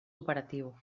operatiu